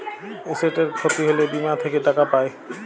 এসেটের খ্যতি হ্যলে বীমা থ্যাকে টাকা পাই